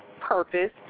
purpose